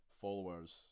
followers